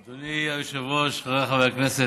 אדוני היושב-ראש, חבריי חברי הכנסת,